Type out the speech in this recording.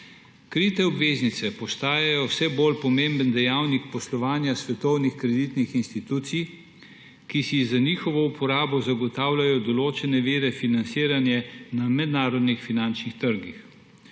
Krite obveznice postajajo vse bolj pomemben dejavnik poslovanja svetovnih kreditnih institucij, ki si za njihovo uporabo zagotavljajo določene vire financiranje na mednarodnih finančnih trgih.